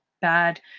bad